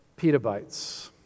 petabytes